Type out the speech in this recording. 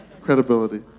Credibility